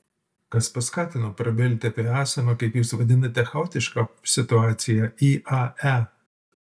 kas paskatino prabilti apie esamą kaip jūs vadinate chaotišką situaciją iae